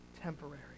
temporary